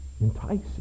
enticing